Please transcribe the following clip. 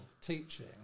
teaching